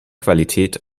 qualität